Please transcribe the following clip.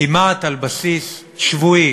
כמעט על בסיס שבועי